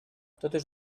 totes